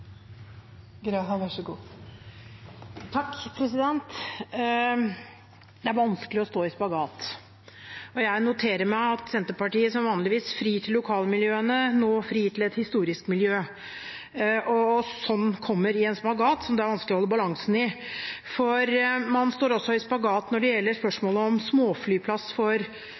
i et så sentralt lokalt spørsmål som Kjeller flyplass er for Skedsmo kommune. Det er vanskelig å stå i spagat, og jeg noterer meg at Senterpartiet, som vanligvis frir til lokalmiljøene, nå frir til et historisk miljø og slik kommer i en spagat som gjør at det er vanskelig å holde balansen. Man står også i spagat når det gjelder spørsmålet om en småflyplass for